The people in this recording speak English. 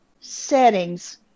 settings